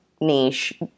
niche